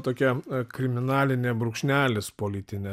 tokia kriminalinė brūkšnelis politinė